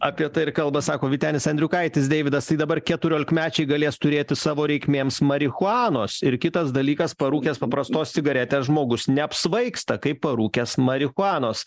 apie tai ir kalba sako vytenis andriukaitis deividas tai dabar keturiolikmečiai galės turėti savo reikmėms marihuanos ir kitas dalykas parūkęs paprastos cigaretės žmogus neapsvaigsta kaip parūkęs marihuanos